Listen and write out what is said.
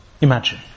Imagine